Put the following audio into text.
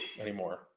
anymore